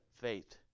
faith